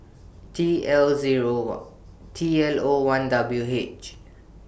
T L Zero one T L O one W H